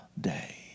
day